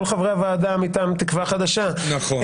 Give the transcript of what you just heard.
כל חברי הוועדה מטעם תקווה חדשה --- נכון.